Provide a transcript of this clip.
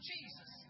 Jesus